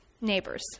neighbors